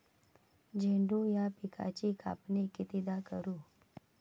झेंडू या पिकाची कापनी कितीदा करू?